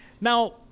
now